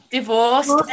Divorced